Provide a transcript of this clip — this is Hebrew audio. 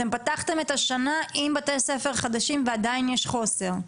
אתם פתחתם את השנה עם בתי ספר חדשים ועדיין יש חוסר.